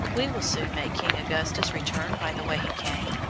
we will soon make king augustus return by the way he came,